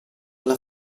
alla